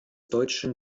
deutschen